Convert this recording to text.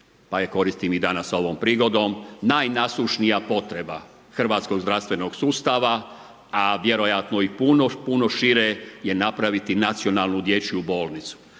koristim i danas ovom prigodom, najnasušnija potrebna hrvatskog zdravstvenog sustava, a vjerojatno i puno puno šire je napraviti nacionalnu dječju bolnicu.